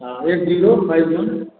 हाँ eight zero five one